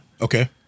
Okay